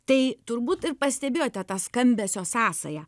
tai turbūt ir pastebėjote tą skambesio sąsają